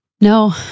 No